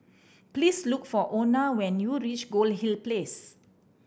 please look for Ona when you reach Goldhill Place